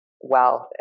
wealth